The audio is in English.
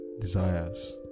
desires